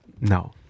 No